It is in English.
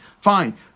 Fine